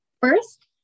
First